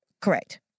Correct